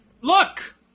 Look